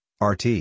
RT